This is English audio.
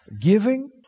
giving